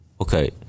okay